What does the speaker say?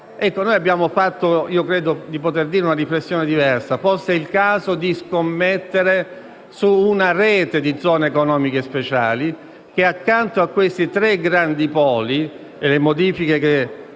noi abbiamo fatto una riflessione diversa: forse è il caso di scommettere su una rete di Zone economiche speciali che accanto a questi tre grandi poli - le modifiche